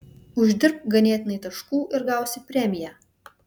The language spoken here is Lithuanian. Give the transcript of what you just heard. uždirbk ganėtinai taškų ir gausi premiją